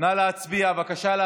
נא להצביע, בבקשה.